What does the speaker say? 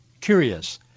curious